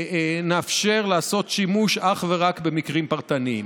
נאפשר לעשות שימוש אך ורק במקרים פרטניים.